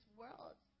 world